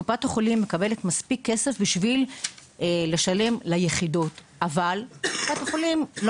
קופת החולים מקבלת מספיק כסף בשביל לשלם ליחידות אבל קופ"ח לא